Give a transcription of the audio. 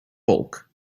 bulk